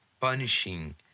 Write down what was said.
punishing